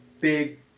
big